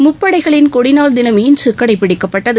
முப்படைகளின் கொடிநாள் தினம் இன்று கடைபிடிக்கப்பட்டது